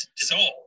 dissolve